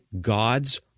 God's